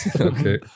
Okay